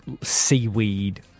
Seaweed